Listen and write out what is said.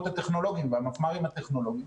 הטכנולוגיים והמפמ"רים הטכנולוגיים.